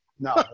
No